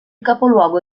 capoluogo